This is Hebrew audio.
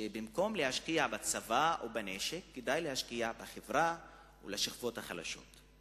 שבמקום להשקיע בצבא או בנשק כדאי להשקיע בחברה ובשכבות החלשות.